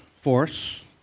force